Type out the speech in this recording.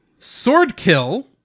Swordkill